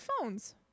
phones